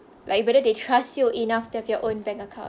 like whether they trust you enough to have your own bank account